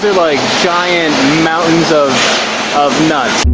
like giant mountains of of nuts